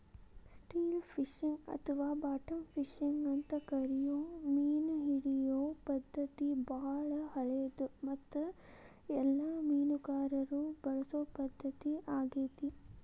still fishing ಅಥವಾ bottom fishing ಅಂತ ಕರಿಯೋ ಮೇನಹಿಡಿಯೋ ಪದ್ಧತಿ ಬಾಳ ಹಳೆದು ಮತ್ತು ಎಲ್ಲ ಮೇನುಗಾರರು ಬಳಸೊ ಪದ್ಧತಿ ಆಗೇತಿ